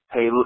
Hey